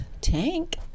Tank